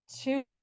two